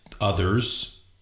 others